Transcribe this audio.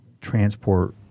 transport